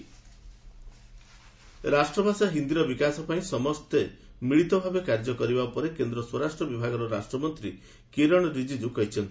କିରିନ୍ ରିଜିଜ୍ ରାଷ୍ଟଭାଷା ହିନ୍ଦୀର ବିକାଶ ପାଇଁ ସମସ୍ତେ ମିଳିତ ଭାବେ କାର୍ଯ୍ୟ କରିବା ଉପରେ କେନ୍ଦ୍ର ସ୍ୱରାଷ୍ଟ୍ର ବିଭାଗ ରାଷ୍ଟ୍ରମନ୍ତ୍ରୀ କିରିନ୍ ରିଜିଜ୍ କହିଛନ୍ତି